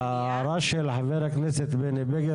ההערה של חבר הכנסת בני בגין,